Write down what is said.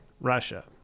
Russia